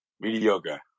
mediocre